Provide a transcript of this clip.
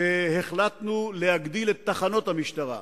שכן החלטנו להגדיל את תחנות המשטרה,